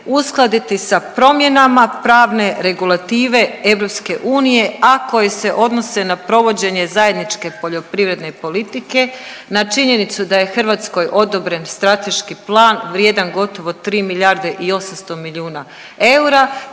Hrvatskoj odobren strateški plan vrijedan gotovo 3 milijarde i 800 milijuna eura